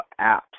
apps